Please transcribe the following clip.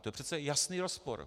To je přece jasný rozpor.